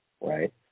right